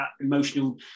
emotional